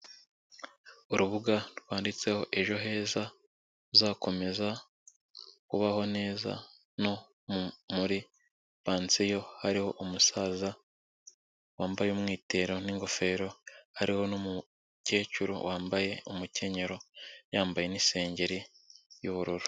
Urubuga rwanditseho: "Ejo heza uzakomeza kubaho neza no muri pansiyo, " hariho umusaza wambaye umwitero n'ingofero, hariho n'umukecuru wambaye umukenyero, yambaye n'isengeri y'ubururu.